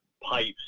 pipes